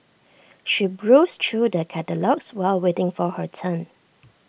she browsed through the catalogues while waiting for her turn